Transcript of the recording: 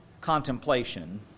contemplation